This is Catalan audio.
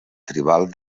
tribal